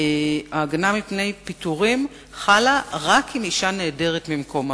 ההגנה מפני פיטורים חלה רק אם אשה נעדרת ממקום העבודה.